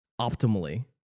optimally